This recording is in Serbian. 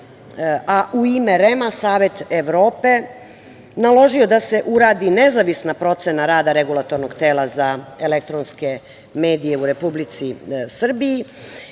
a u ime REM Savet Evrope naložio da se uradi nezavisna procena rada Regulatornog tela za elektronske medije u Republici Srbiji.